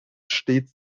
stets